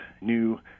new